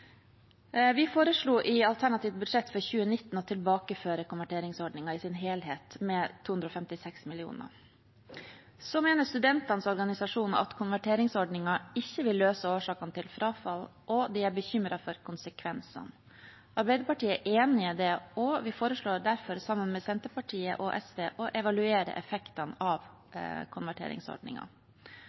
Vi foreslo i vårt alternative budsjett for 2019 å tilbakeføre konverteringsordningen i sin helhet med 256 mill. kr. Studentenes organisasjoner mener at konverteringsordningen ikke vil løse årsakene til frafall, og de er bekymret for konsekvensene. Arbeiderpartiet er enig i det, og vi foreslår derfor, sammen med Senterpartiet og SV, å evaluere effektene av